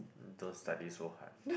don't study so hard